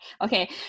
Okay